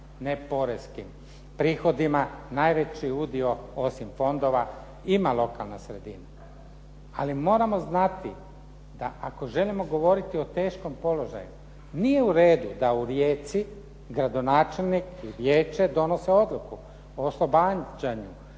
neporeskim prihodima najveći udio osim fondova ima lokalna sredina, ali moramo znati da ako želimo govoriti o teškom položaju nije u redu da u Rijeci gradonačelnik i vijeće donose odluku o oslobađanju